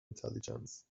intelligence